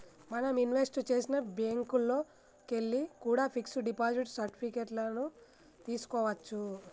మనం ఇన్వెస్ట్ చేసిన బ్యేంకుల్లోకెల్లి కూడా పిక్స్ డిపాజిట్ సర్టిఫికెట్ లను తీస్కోవచ్చు